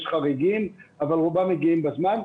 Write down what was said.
יש חריגים אבל רובם מגיעים בזמן,